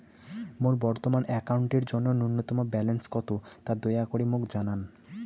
মোর বর্তমান অ্যাকাউন্টের জন্য ন্যূনতম ব্যালেন্স কত তা দয়া করি মোক জানান